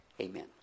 Amen